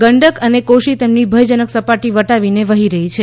ગંડક અને કોશી તેમની ભયજનક સપાટી વટાવીને વહી રહી છે